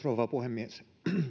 rouva puhemies